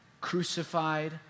crucified